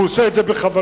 הוא עושה את זה בכוונה.